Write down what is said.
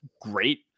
great